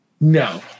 No